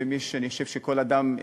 אני חושב שכל אדם,